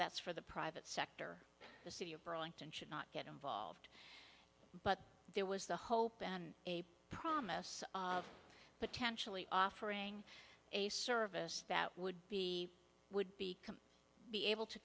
that's for the private sector the city of burlington should not get involved but there was the hope and promise of potentially offering a service that would be would be be able to